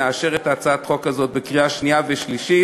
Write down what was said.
נאשר את הצעת החוק הזאת בקריאה שנייה ושלישית,